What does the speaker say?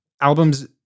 albums